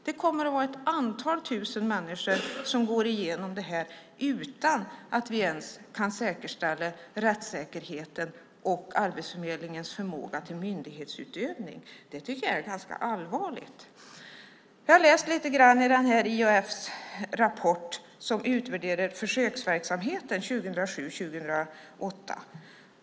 Det kommer att vara ett antal tusen människor som går igenom detta utan att vi ens säkerställer rättssäkerheten och Arbetsförmedlingens förmåga till myndighetsutövning. Det är ganska allvarligt. Jag har läst lite grann i IAF:s rapport som utvärderar försöksverksamheten 2007-2008.